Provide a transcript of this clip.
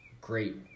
great